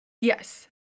Yes